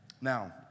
Now